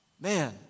man